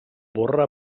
borra